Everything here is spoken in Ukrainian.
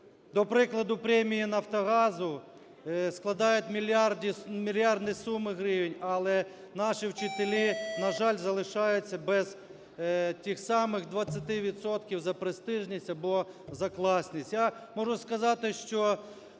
до прикладу, премії "Нафтогазу" складають мільярдні суми гривень, але наші вчителі, на жаль, залишаються без тих самих двадцяти відсотків за престижність або за класність.